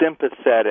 sympathetic